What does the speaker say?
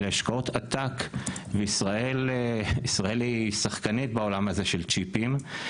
אלה השקעות עתק וישראל היא שחקנית בעולם הזה של צ'יפים,